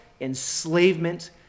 enslavement